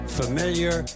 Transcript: familiar